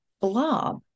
blob